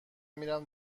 میرم